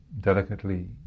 delicately